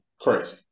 crazy